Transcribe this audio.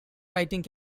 writing